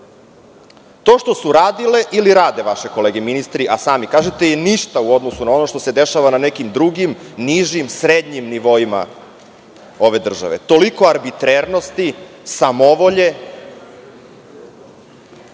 To što su radili ili rade vaše kolege ministri, a sami kažete, je ništa u odnosu na ono što se dešava na nekim drugim nižim, srednjim nivoima ove države. Toliko arbitrarnosti, samovolje,